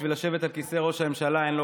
בשביל לשבת על כיסא ראש הממשלה אין לו